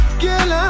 girl